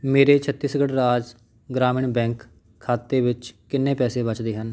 ਮੇਰੇ ਛੱਤੀਸਗੜ੍ਹ ਰਾਜ ਗ੍ਰਾਮੀਣ ਬੈਂਕ ਖਾਤੇ ਵਿੱਚ ਕਿੰਨੇ ਪੈਸੇ ਬਚਦੇ ਹਨ